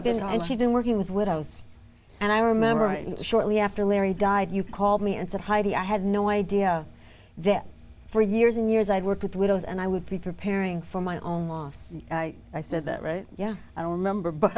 have been i she'd been working with widows and i remember shortly after larry died you called me and said heidi i had no idea that for years and years i've worked with widows and i would be preparing for my own loss i said that right yeah i don't remember but